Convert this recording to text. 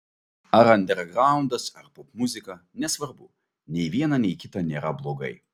ar andergraundas ar popmuzika nesvarbu nei viena nei kita nėra blogai